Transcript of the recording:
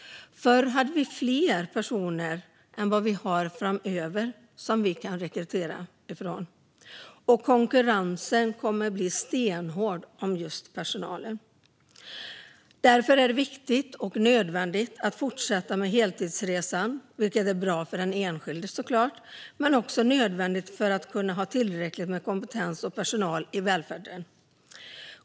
Förr hade vi fler personer att rekrytera från än vad vi har framöver, och konkurrensen om personalen kommer att bli stenhård. Därför är det viktigt och nödvändigt att fortsätta heltidsresan, vilket är bra för den enskilde men också nödvändigt för att kunna ha tillräckligt med kompetens och personal i välfärden.